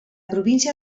província